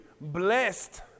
blessed